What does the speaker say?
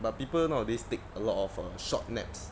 but people nowadays take a lot of uh short naps